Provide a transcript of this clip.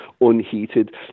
unheated